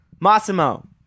Massimo